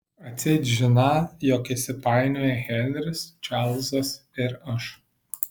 atseit žiną jog įsipainioję henris čarlzas ir aš